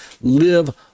live